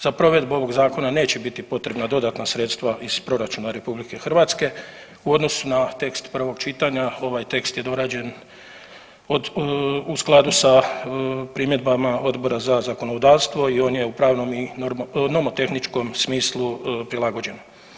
Za provedbu ovog zakona neće biti potrebna dodatna sredstva iz proračuna Republike Hrvatske u odnosu na tekst prvog čitanja, ovaj tekst je dorađen u skladu sa primjedbama Odbora za zakonodavstvo i on je u pravnom i nomotehničkom smislu prilagođen.